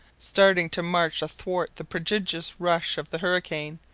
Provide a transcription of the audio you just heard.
starting to march athwart the prodigious rush of the hurricane,